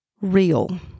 real